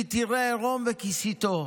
כי תראה עָרֹם וכסיתו".